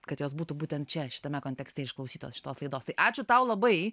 kad jos būtų būtent čia šitame kontekste išklausytos šitos laidos tai ačiū tau labai